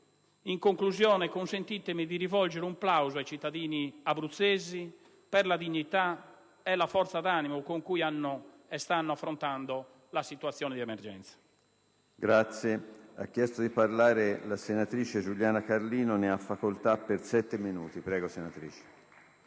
colleghi, consentitemi di rivolgere un plauso ai cittadini abruzzesi per la dignità e la forza d'animo con cui hanno affrontato e stanno affrontando la situazione di emergenza.